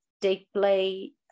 deeply